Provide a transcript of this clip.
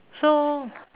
so